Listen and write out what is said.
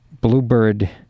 Bluebird